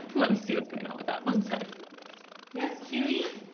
let me see what's going on with that one sec yes, chewy?